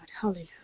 Hallelujah